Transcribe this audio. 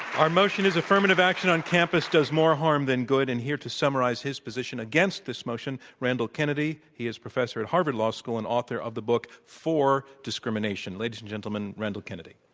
our motion is affirmative action on campus does more harm than good, and here to summarize his position against this motion, randall kennedy. he is professor at harvard law school and author of the book, for discrimination. ladies and gentlemen, randall kennedy.